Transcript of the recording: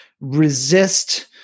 resist